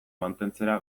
mantentzera